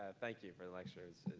ah thank you for lectures,